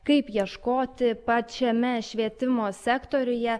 kaip ieškoti pačiame švietimo sektoriuje